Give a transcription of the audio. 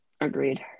Agreed